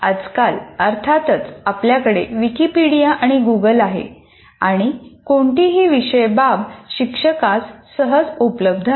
आजकाल अर्थातच आपल्याकडे विकीपीडिया आणि गुगल आहे आणि कोणतीही विषय बाब शिक्षकास सहज उपलब्ध आहे